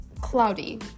cloudy